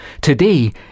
Today